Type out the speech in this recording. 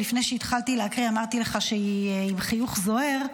שלפני שהתחלתי להקריא אמרתי לך שהיא עם חיוך זוהר,